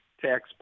tax